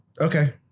Okay